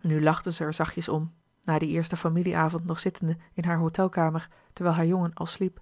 nu lachte zij er zachtjes om na dien eersten familie avond nog zittende in hare hôtelkamer terwijl haar jongen al sliep